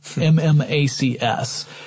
M-M-A-C-S